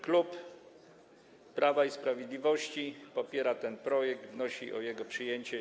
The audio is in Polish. Klub Prawa i Sprawiedliwości popiera ten projekt i wnosi o jego przyjęcie.